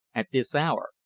at this hour,